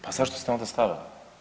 Pa zašto ste onda stavili?